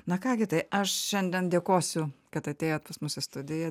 na ką gi tai aš šiandien dėkosiu kad atėjot pas mus į studiją